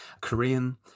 Korean